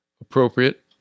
appropriate